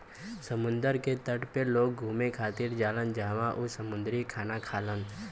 समुंदर के तट पे लोग घुमे खातिर जालान जहवाँ उ समुंदरी खाना खालन